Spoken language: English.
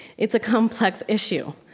it's a complex issue.